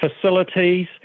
facilities